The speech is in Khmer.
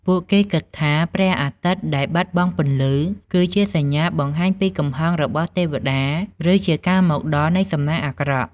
ពួកគេគិតថាព្រះអាទិត្យដែលបាត់បង់ពន្លឺ គឺជាសញ្ញាបង្ហាញពីកំហឹងរបស់ទេវតា ឬជាការមកដល់នៃសំណាងអាក្រក់។